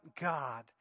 God